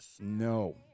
No